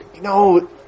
no